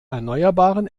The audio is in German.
erneuerbaren